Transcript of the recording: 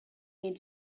need